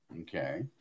okay